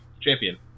champion